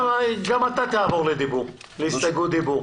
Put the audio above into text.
גם אתה תעבור להסתייגות דיבור.